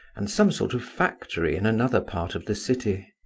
and some sort of factory in another part of the city.